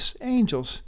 angels